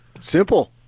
Simple